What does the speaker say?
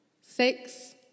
six